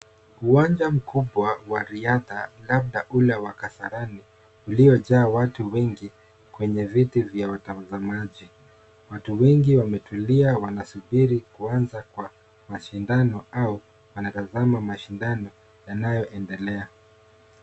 Uwanja mkubwa wa riadha labda ule wa Kasarani uliojaa watu wengi kwenye viti vya watazamaji. Watu wengi wametulia wanasubiri kuanza kwa mashindano au wanatazama mashindano yanayoendelea.